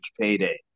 payday